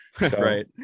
right